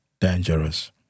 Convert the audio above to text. dangerous